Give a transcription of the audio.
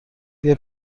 بیا